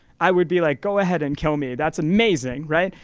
i would be like, go ahead and kill me, that's amazing, right?